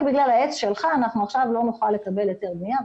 בגלל העץ שלך אנחנו עכשיו לא נוכל לקבל היתר בנייה.